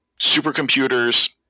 supercomputers